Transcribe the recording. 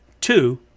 Two